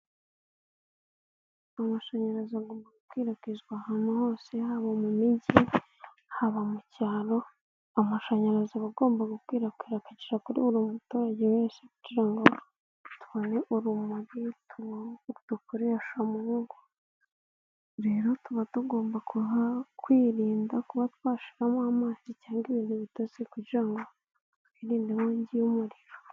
Amashanyarazi agomba gukwirakwizwa ahantu hose, haba mu mijyi, haba mu cyaro, amashanyarazi aba agomba gukwirakwira akagera kuri buri muturage wese kugira ngo tubone urumuri, tubone urwo dukoresha mu ngo, rero tuba tugomba kwirinda kuba twashiramo amazi cyangwa ibintu bitose kugira ngo twirinde inkogi y'umuriro.